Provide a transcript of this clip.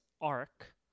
arc